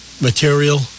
material